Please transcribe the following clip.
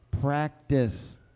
practice